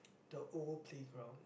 the old playground